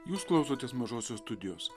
jūs klausotės mažosios studijos